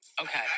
Okay